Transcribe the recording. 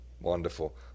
Wonderful